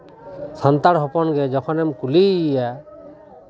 ᱥᱟᱱᱛᱟᱲ ᱦᱚᱯᱚᱱ ᱜᱮ ᱡᱚᱠᱷᱚᱱᱮᱢ ᱠᱩᱞᱤᱭᱮᱭᱟ